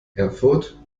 erfurt